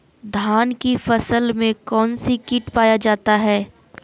धान की फसल में कौन सी किट पाया जाता है?